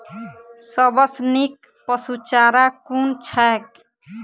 सबसँ नीक पशुचारा कुन छैक?